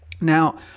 Now